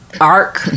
Ark